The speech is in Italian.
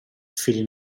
fili